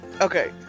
Okay